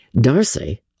Darcy